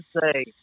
say